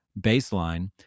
baseline